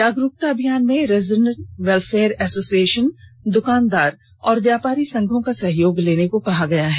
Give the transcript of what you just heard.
जागरूकता अभियान में रेजिडेंट वेलफेयर एसोसिएशन द्कानदार और व्यापारी संघों का सहयोग लेने को कहा गया है